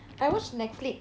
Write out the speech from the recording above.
I watch netflix